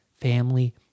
family